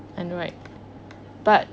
I know right but